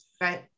Right